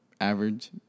average